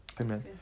Amen